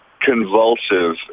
convulsive